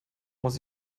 muss